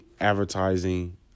advertising